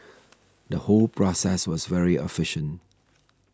the whole process was very efficient